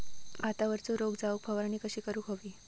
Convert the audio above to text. भातावरचो रोग जाऊक फवारणी कशी करूक हवी?